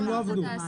הם לא עברו הסבה.